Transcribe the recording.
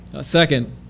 Second